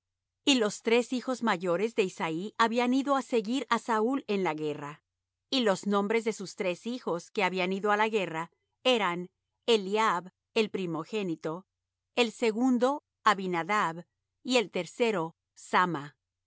y los tres hijos mayores de isaí habían ido á seguir á saúl en la guerra y los nombres de sus tres hijos que habían ido á la guerra eran eliab el primogénito el segundo abinadab y el tercero samma